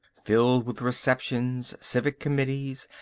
filled with receptions, civic committees,